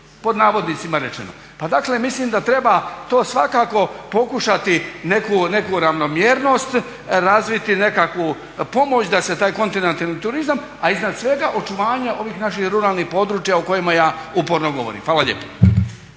pod navodnicima rečeno. Pa dakle mislim da treba to svakako pokušati neku ravnomjernost razviti, nekakvu pomoć da se taj kontinentalni turizam, a iznad svega očuvanja ovih naših ruralnih područjima o kojima ja uporno govorim. Hvala lijepa.